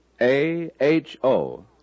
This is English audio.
A-H-O